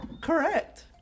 Correct